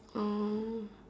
oh